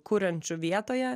kuriančių vietoje